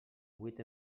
vuit